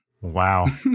Wow